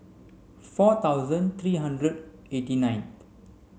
four thousand three hundred eighty nineth